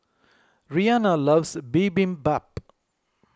Rianna loves Bibimbap